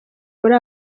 muri